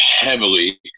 heavily